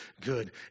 good